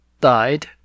died